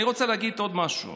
אני רוצה להגיד עוד משהו: